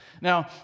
Now